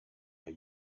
are